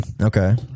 Okay